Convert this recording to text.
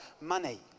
money